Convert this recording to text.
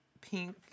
pink